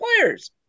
players